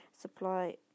supply